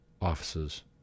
offices